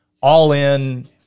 all-in